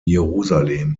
jerusalem